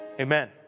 amen